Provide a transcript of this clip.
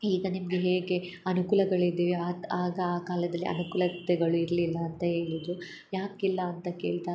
ಈಗ ನಿಮಗೆ ಹೇಗೆ ಅನುಕೂಲಗಳಿದೆಯೊ ಆಗ ಆ ಕಾಲದಲ್ಲಿ ಅನುಕೂಲತೆಗಳು ಇರಲಿಲ್ಲ ಅಂತ ಹೇಳಿದ್ರು ಯಾಕಿಲ್ಲ ಅಂತ ಕೇಳಿದಾಗ